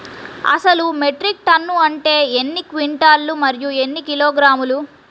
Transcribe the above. అసలు metric ton అంటే ఎన్ని క్వింటాలు మరియు ఎన్ని కిలోగ్రాములు?